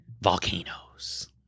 volcanoes